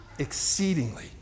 exceedingly